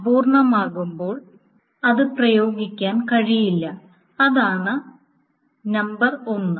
അപൂർണ്ണമാകുമ്പോൾ അത് പ്രയോഗിക്കാൻ കഴിയില്ല അതാണ് നമ്പർ 1